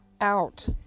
out